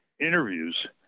interviews